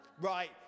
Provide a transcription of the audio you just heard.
Right